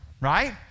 right